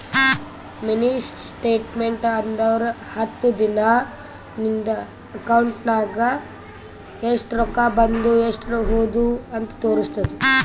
mini statement ಅಂದುರ್ ಹತ್ತು ದಿನಾ ನಿಂದ ಅಕೌಂಟ್ ನಾಗ್ ಎಸ್ಟ್ ರೊಕ್ಕಾ ಬಂದು ಎಸ್ಟ್ ಹೋದು ಅಂತ್ ತೋರುಸ್ತುದ್